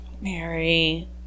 Mary